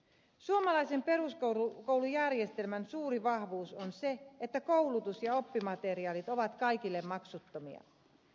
suomalaisen peruskoulujärjestelmän suuri vahvuus on se että koulutus ja oppimateriaalit ovat kaikille maksuttomia